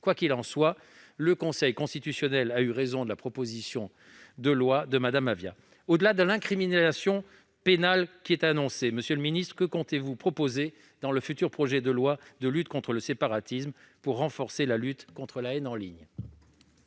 Quoi qu'il en soit, le Conseil constitutionnel a eu raison de la loi de Mme Avia. Au-delà de l'incrimination pénale qui est annoncée, monsieur le secrétaire d'État, que comptez-vous proposer dans le futur projet de loi de lutte contre le séparatisme pour renforcer la lutte contre la haine en ligne ?